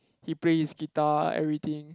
he plays guitar every day